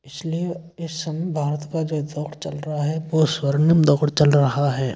इसलिए इस समय भारत का जो दौर चल रहा है वो स्वर्णिम दौर चल रहा है